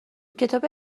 کتاب